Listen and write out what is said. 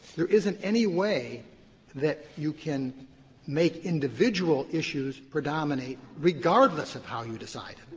there isn't any way that you can make individual issues predominate regardless of how you decide it